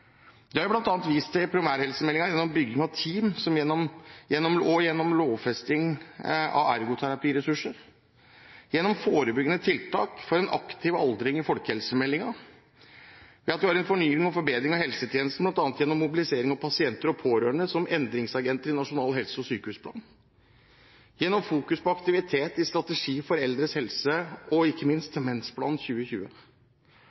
Det er bl.a. vist til i primærhelsemeldingen gjennom bygging av team og gjennom lovfesting av ergoterapiressurser, gjennom forebyggende tiltak for en aktiv aldring i folkehelsemeldingen – ved at vi har en fornying og forbedring av helsetjenesten bl.a. gjennom mobilisering av pasienter og pårørende som endringsagenter i Nasjonal helse- og sykehusplan – gjennom fokusering på aktivitet i strategi for eldres helse og ikke minst